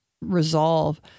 resolve